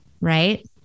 Right